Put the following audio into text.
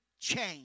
change